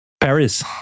Paris